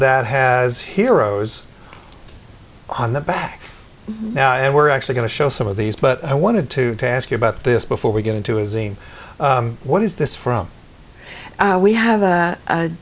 that has heroes on the back now and we're actually going to show some of these but i wanted to ask you about this before we get into a xen what is this from we have